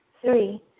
Three